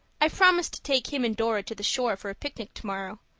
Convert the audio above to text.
i've promised to take him and dora to the shore for a picnic tomorrow.